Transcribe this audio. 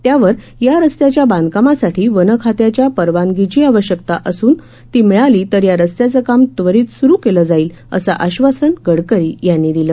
त्यावर या रस्त्याच्या बांधकामासाठी वन खात्याच्या परवानगीची आवश्यकता असून मिळाली तर या रस्त्याचं काम त्वरित सुरू केलं जाईल असं आश्वासन गडकरी यांनी दिलं